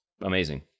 amazing